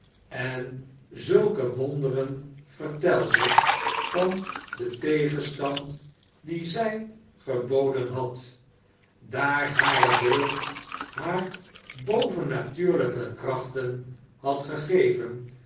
en zulke wonderen vertelde van den tegenstand dien zij geboden had daar hare deugd haar bovennatuurlijke krachten had gegeven